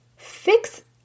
fix